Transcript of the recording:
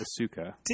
Asuka